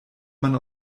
man